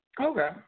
Okay